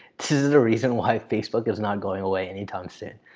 this is the reason why facebook is not going away anytime soon.